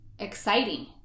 exciting